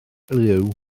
liw